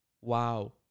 Wow